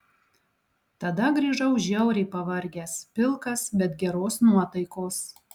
tada grįžau žiauriai pavargęs pilkas bet geros nuotaikos